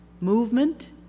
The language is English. movement